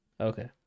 Okay